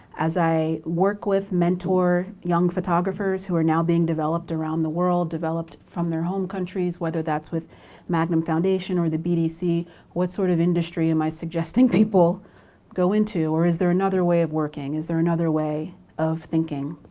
as i work with, mentor young photographers who are now being developed around the world. developed from their home countries, whether that's with magnum foundation or the bdc what sort of industry am i suggesting people go into or is there another way of working? is there another way of thinking?